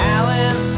Alan